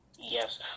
Yes